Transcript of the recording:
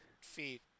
feet